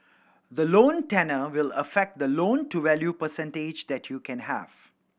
the loan tenure will affect the loan to value percentage that you can have